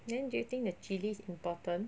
then do you think that chilli is important